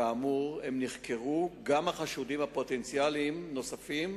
כאמור, נחקרו גם חשודים פוטנציאליים נוספים,